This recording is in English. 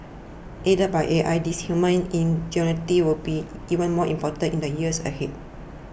aided by A I this human ingenuity will be even more important in the years ahead